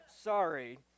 sorry